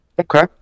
Okay